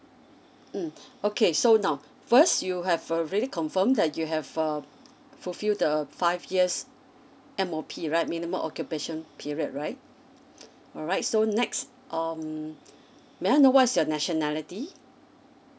mm okay so now first you have already confirm that you have um fulfil the five years M_O_P right minimal occupation period right alright so next um may I know what's your nationality